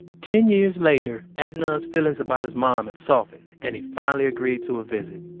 ten years later, adnan's feelings about his mom had softened and he finally agreed to a visit.